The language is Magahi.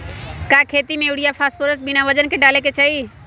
का खेती में यूरिया फास्फोरस बिना वजन के न डाले के चाहि?